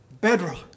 bedrock